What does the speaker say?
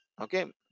okay